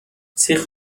سیخ